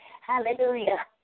Hallelujah